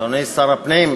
אדוני שר הפנים,